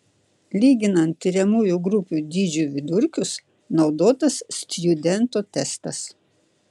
lyginant tiriamųjų grupių dydžių vidurkius naudotas stjudento testas